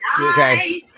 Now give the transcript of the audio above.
Okay